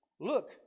Look